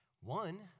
One